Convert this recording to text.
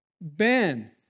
Ben